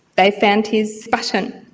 they found his button.